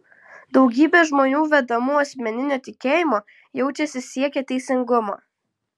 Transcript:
daugybė žmonių vedamų asmeninio tikėjimo jaučiasi siekią teisingumo